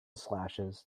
slashes